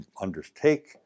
undertake